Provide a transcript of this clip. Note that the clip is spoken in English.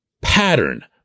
pattern